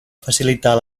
facilitar